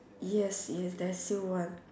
yes yes there's still one